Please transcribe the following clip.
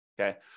okay